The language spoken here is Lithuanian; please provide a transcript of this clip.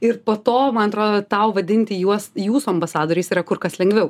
ir po to man atrodo tau vadinti juos jūsų ambasadoriais yra kur kas lengviau